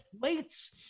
plates